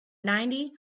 ninety